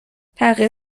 تغییر